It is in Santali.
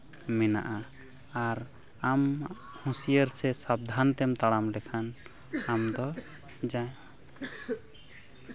ᱢᱮᱱᱟᱜᱼᱟ ᱟᱨ ᱟᱢ ᱦᱩᱸᱥᱭᱟᱹᱨ ᱥᱮ ᱥᱟᱵᱫᱷᱟᱱ ᱛᱮᱢ ᱛᱟᱲᱟᱢ ᱞᱮᱠᱷᱟᱱ ᱟᱢᱫᱚ ᱡᱟ